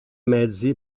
mezzi